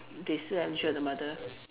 they still unsure the mother